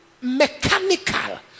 mechanical